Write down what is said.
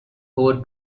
over